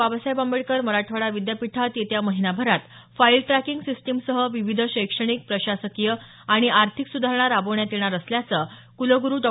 बाबासाहेब आंबेडकर मराठवाडा विद्यापीठात येत्या महिनाभरात फाईल ट्रॅकींग सिस्टीम सह विविध शैक्षणिक प्रशासकीय आणि आर्थिक सुधारणा राबवण्यात येणार असल्याचं कुलगुरु डॉ